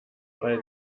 weil